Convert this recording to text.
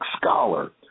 scholar